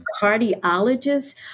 cardiologist